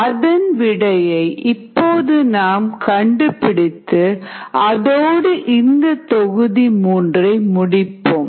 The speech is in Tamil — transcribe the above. அதன் விடையை இப்போது நாம் கண்டுபிடித்து அதோடு இந்த தொகுதி மூன்றை முடிப்போம்